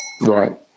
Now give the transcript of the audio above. Right